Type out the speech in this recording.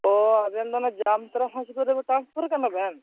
ᱚᱻ ᱟᱵᱮᱱ ᱫᱚ ᱚᱱᱟ ᱡᱟᱢᱛᱚᱨᱟ ᱦᱟᱸᱥᱯᱟᱛᱟᱞ ᱨᱮᱵᱮᱱ ᱴᱨᱟᱱᱥᱯᱷᱟᱨ ᱟᱠᱟᱱᱟ ᱵᱮᱱ